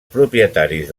propietaris